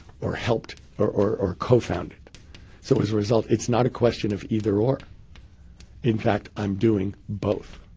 or helped, or or co-founded. so as a result, it's not a question of either-or. in fact i'm doing both.